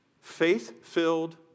Faith-filled